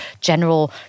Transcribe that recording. general